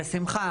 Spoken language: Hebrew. בשמחה,